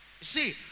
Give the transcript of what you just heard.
See